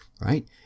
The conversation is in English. right